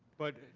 but,